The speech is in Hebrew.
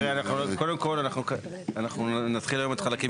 קודם כל אנחנו נתחיל היום את חלקים